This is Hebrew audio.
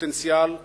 פוטנציאל מסוכן.